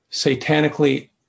satanically